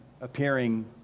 appearing